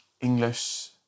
English